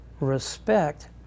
respect